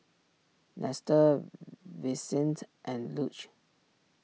Nestor Vicente and Luc